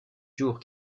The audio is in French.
jours